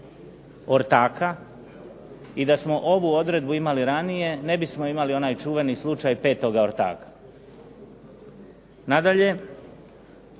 i da smo ovu odredbu imali ranije ne bismo imali onaj čuveni slučaj petoga ortaka. Nadalje,